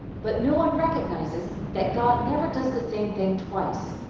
but no one recognizes that god never does the same thing twice.